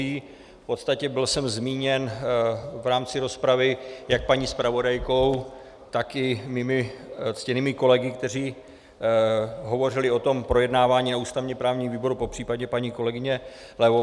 V podstatě jsem byl zmíněn v rámci rozpravy jak paní zpravodajkou, tak i svými ctěnými kolegy, kteří hovořili o tom projednávání na ústavněprávním výboru, popřípadě paní kolegyně Levová.